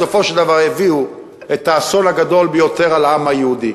בסופו של דבר הביאו את האסון הגדול ביותר על העם היהודי.